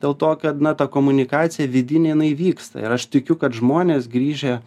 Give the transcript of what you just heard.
dėl to kad na ta komunikacija vidinė jinai vyksta ir aš tikiu kad žmonės grįžę